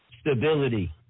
Stability